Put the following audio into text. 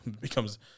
becomes